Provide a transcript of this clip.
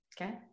okay